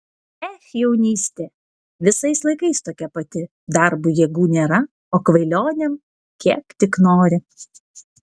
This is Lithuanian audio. ech jaunystė visais laikais tokia pati darbui jėgų nėra o kvailionėm kiek tik nori